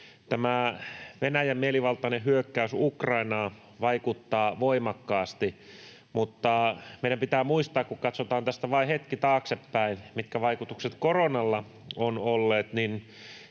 Venäjän mielivaltainen hyökkäys Ukrainaan vaikuttaa voimakkaasti, mutta meidän pitää muistaa, että kun katsotaan tästä vain hetki taaksepäin eli sitä, mitkä vaikutukset koronalla on olleet,